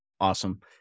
Awesome